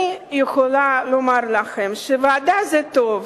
אני יכולה לומר לכם שוועדה זה טוב,